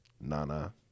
Nana